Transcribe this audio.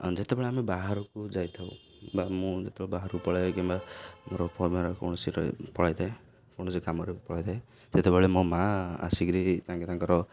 ଯେତେବେଳେ ଆମେ ବାହାରକୁ ଯାଇଥାଉ ବା ମୁଁ ଯେତେବେଳେ ବାହାରକୁ ପଳାଏ କିମ୍ବା ମୋର ଫର୍ମେର କୌଣସି ପଳେଇଥାଏ କୌଣସି କାମରେ ପଳାଇଥାଏ ସେତେବେଳେ ମୋ ମା' ଆସିକରି ତାଙ୍କେ ତାଙ୍କର